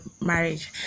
marriage